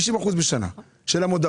50 אחוזים בשנה במודעות.